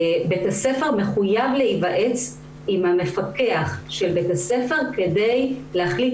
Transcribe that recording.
בית הספר מחויב להיוועץ עם מפקח המחוז כדי להחליט